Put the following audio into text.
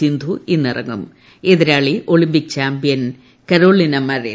സിന്ധു ഇന്നിറങ്ങും എതിരാളി Olympic champion Carolina Marin